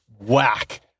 whack